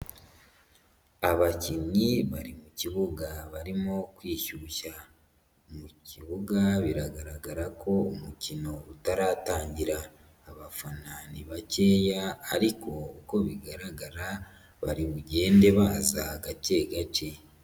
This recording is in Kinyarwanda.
Abakinnyi bari mu kibuga barimo kwishyushya. Mu kibuga biragaragara ko umukino utaratangira. Abafana ni bakeya ariko uko bigaragara, baribugende baza gake gake.